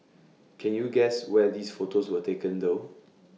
can you guess where these photos were taken though